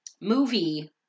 movie